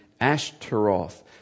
Ashtaroth